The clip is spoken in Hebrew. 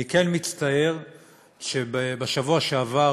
אני כן מצטער שבשבוע שעבר,